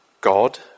God